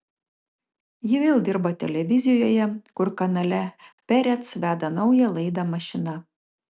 ji vėl dirba televizijoje kur kanale perec veda naują laidą mašina